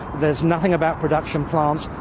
there's nothing about production plants,